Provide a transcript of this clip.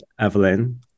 Evelyn